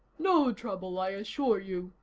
no trouble, i assure you,